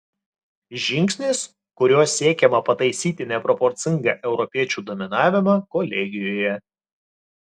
žingsnis kuriuo siekiama pataisyti neproporcingą europiečių dominavimą kolegijoje